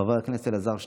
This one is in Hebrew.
חבר הכנסת אלעזר שטרן,